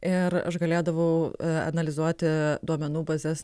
ir aš galėdavau analizuoti duomenų bazes